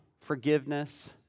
forgiveness